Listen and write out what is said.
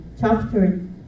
chapter